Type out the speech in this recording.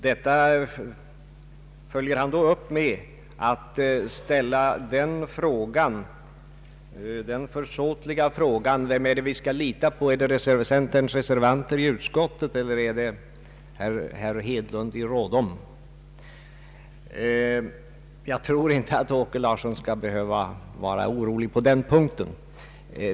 Han följer upp detta med att ställa den försåtliga frågan: Vem är det vi skall lita på? Är det centerns reservanter i utskottet, eller är det herr Hedlund i Rådom? Jag tror inte att herr Åke Larsson skall behöva vara orolig på denna punkt.